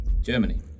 Germany